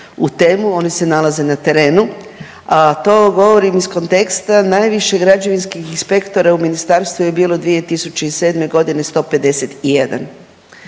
u temu, oni se nalaze na terenu, a to govorim iz konteksta najviše građevinskih inspektora u ministarstvu je bilo 2007. g., 151.